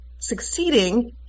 succeeding